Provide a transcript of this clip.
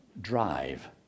drive